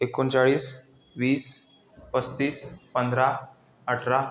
एकोणचाळीस वीस पस्तीस पंधरा अठरा